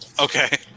okay